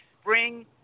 spring